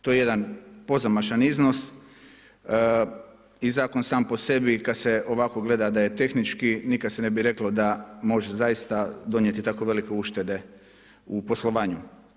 To je jedan pozamašan iznos i zakon sam po sebi kada se ovako gleda da je tehnički, nikada se ne bi reklo da može zaista donijeti tako velike uštede u poslovanju.